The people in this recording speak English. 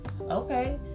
okay